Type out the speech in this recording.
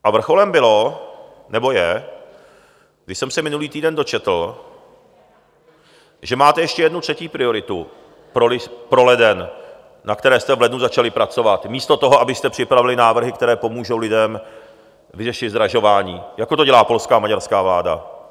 A vrcholem bylo, nebo je, když jsem se minulý týden dočetl, že máte ještě jednu, třetí prioritu pro leden, na které jste v lednu začali pracovat místo toho, abyste připravili návrhy, které pomůžou lidem vyřešit zdražování, jako to dělá polská a maďarská vláda.